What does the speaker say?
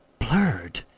blurred?